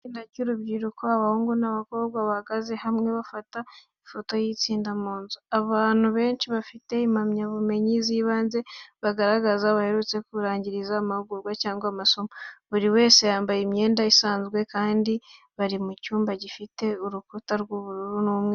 Itsinda ry'urubyiruko, abahungu n'abakobwa, bahagaze hamwe bafata ifoto y'itsinda mu nzu. Abantu benshi bafite impamyabumenyi z'ibanze, bagaragaza ko baherutse kurangiza amahugurwa cyangwa amasomo. Buri wese yambaye imyenda isanzwe kandi bari mu cyumba gifite urukuta rw'ubururu n'umweru.